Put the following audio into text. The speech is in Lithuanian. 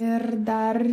ir dar